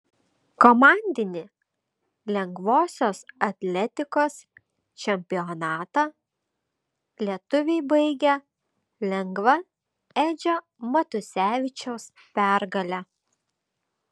komandinį lengvosios atletikos čempionatą lietuviai baigė lengva edžio matusevičiaus pergale